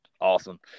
Awesome